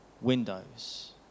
windows